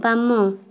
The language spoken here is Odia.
ବାମ